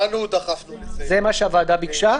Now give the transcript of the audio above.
זה מה שהוועדה ביקשה.